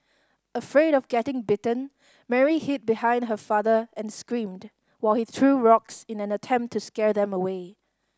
afraid of getting bitten Mary hid behind her father and screamed while he threw rocks in an attempt to scare them away